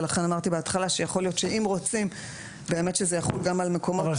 ולכן אמרתי בהתחלה שיכול להיות שאם רוצים באמת שזה יחול גם על אתרים,